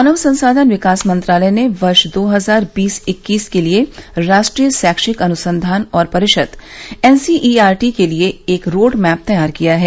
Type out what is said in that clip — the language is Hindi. मानव संसाधन विकास मंत्रालय ने वर्ष दो हजार बीस इक्कीस के लिए राष्ट्रीय शैक्षिक अनुसंधान और परिषद एनसीईआरटी के लिए एक रोडमैप तैयार किया है